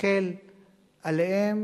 נסתכל עליהם